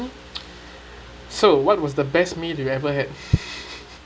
so what was the best meal you've ever had